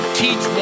teach